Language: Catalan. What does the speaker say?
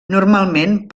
normalment